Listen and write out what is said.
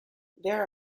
there